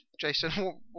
Jason